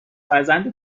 فرزند